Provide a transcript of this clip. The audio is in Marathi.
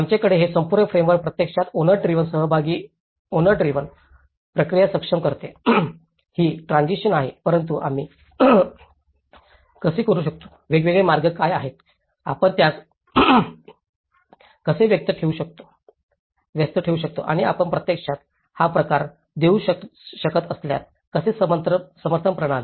आमच्याकडे हे संपूर्ण फ्रेमवर्क प्रत्यक्षात ओनर ड्रिव्हन सहभागी ओनर ड्रिव्हन प्रक्रिया सक्षम करते जरी ती ट्रान्सिशन आहे परंतु आम्ही कसे करू शकतो वेगवेगळे मार्ग काय आहेत आपण त्यास कसे व्यस्त ठेवू शकता आणि आपण प्रत्यक्षात हा प्रकार देऊ शकत असल्यास कसे समर्थन प्रणाली